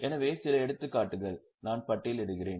எனவே சில எடுத்துக்காட்டுகள் நான் பட்டியலிடுகிறேன்